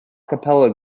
capella